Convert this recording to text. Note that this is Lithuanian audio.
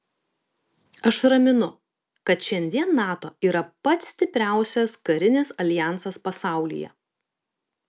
aš raminu kad šiandien nato yra pats stipriausias karinis aljansas pasaulyje